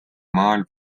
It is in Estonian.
maal